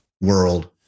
world